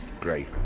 great